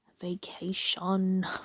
vacation